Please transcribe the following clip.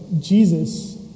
Jesus